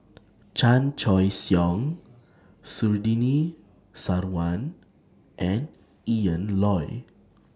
Chan Choy Siong Surtini Sarwan and Ian Loy